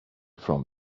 from